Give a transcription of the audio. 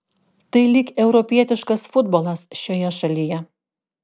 tai lyg europietiškas futbolas šioje šalyje